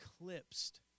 eclipsed